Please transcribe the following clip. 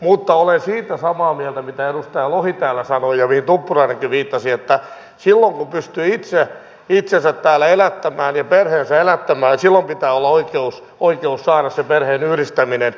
mutta olen siitä samaa mieltä mitä edustaja lohi täällä sanoi ja mihin tuppurainenkin viittasi että silloin kun pystyy itse itsensä täällä elättämään ja perheensä elättämään niin silloin pitää olla oikeus saada se perheenyhdistäminen